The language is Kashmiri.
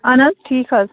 اَہَن حظ ٹھیٖک حظ